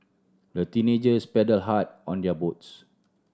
the teenagers paddled hard on their boats